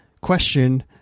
question